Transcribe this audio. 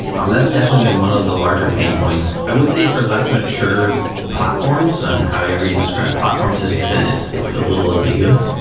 um that's definitely been one of the larger pain points. i would say for less mature platforms and however you describe platforms. as you said it's it's a little ambiguous.